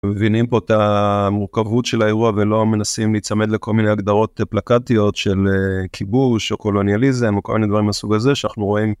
מבינים פה את המורכבות של האירוע ולא מנסים להצמד לכל מיני הגדרות פלקטיות של כיבוש או קולוניאליזם או כל מיני דברים בסוג הזה שאנחנו רואים.